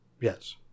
Yes